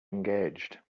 engaged